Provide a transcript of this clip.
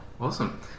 Awesome